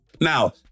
Now